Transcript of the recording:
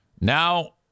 Now